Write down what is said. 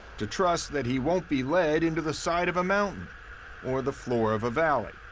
to trust that he won't be led into the side of a mountain or the floor of a valley.